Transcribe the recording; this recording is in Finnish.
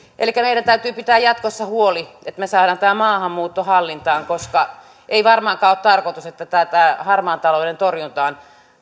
meidän täytyy pitää jatkossa huoli että me saamme tämän maahanmuuton hallintaan koska ei varmaankaan ole tarkoitus että harmaan talouden torjuntaan